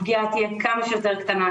הפגיעה תהיה כמה שיותר קטנה,